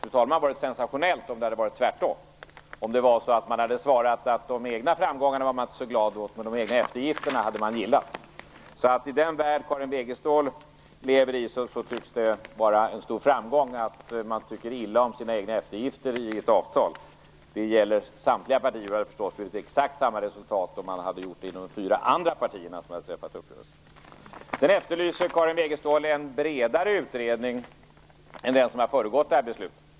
Det hade varit sensationellt om det varit tvärtom, dvs. att man svarat att man inte var så glad åt de egna framgångarna, men de egna eftergifterna hade man gillat. I den värld Karin Wegestål lever i tycks det vara en stor framgång att man tycker illa om sina egna eftergifter i ett avtal. Det gäller såvitt jag förstår samtliga partier. Det hade blivit exakt samma resultat om man gjort likadant inom de fyra andra partier som träffat uppgörelsen. Sedan efterlyser Karin Wegestål en bredare utredning än den som har föregått detta beslut.